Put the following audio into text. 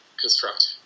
construct